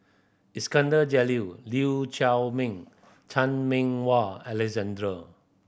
Iskandar Jalil Chiaw Meng and Chan Meng Wah Alexander